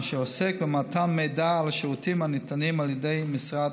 אשר עוסק במתן מידע על השירותים הניתנים על ידי המשרד,